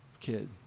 kid